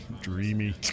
dreamy